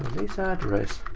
this address,